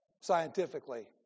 scientifically